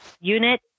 unit